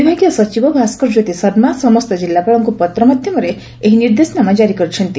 ବିଭାଗୀୟ ସଚିବ ଭାସ୍କରଜ୍ୟୋତି ଶର୍ମା ସମସ୍ତ କିଲ୍ଲାପାଳଙ୍କୁ ପତ୍ର ମାଧ୍ୟମରେ ଏହି ନିର୍ଦ୍ଦେଶନାମା କାରି କରିଛନ୍ତି